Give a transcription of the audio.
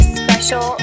special